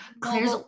claire's